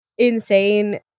Insane